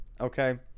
Okay